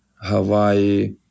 Hawaii